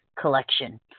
collection